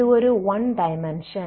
இது ஒரு one dimension